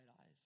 eyes